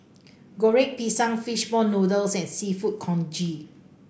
Goreng Pisang fish ball noodles and seafood congee